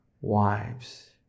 wives